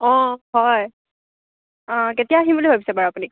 অঁ হয় অঁ কেতিয়া আহিম বুলি ভাবিছে বাৰু আপুনি